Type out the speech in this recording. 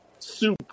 soup